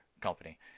company